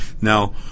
Now